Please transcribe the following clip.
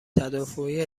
تدافعی